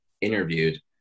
interviewed